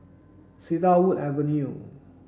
Cedarwood Avenue